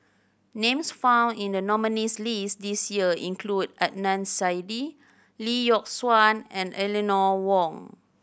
names found in the nominees' list this year include Adnan Saidi Lee Yock Suan and Eleanor Wong